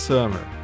Summer